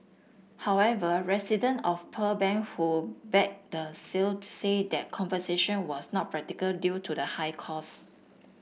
however resident of Pearl Bank who backed the sale said that conservation was not practical due to the high cost